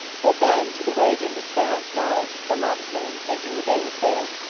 but then, to the rage and despair of noailles, gramont's men, thinking the day was theirs,